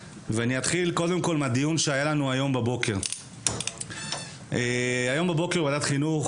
אתחיל קודם כול מן הדיון שהיה לנו הבוקר בוועדת החינוך,